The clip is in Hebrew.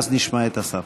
אז נשמע את השר.